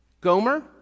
Gomer